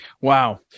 Wow